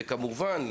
וכמובן,